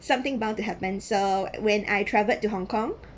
something about to happen so when I travelled to hong kong